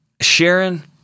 Sharon